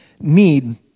need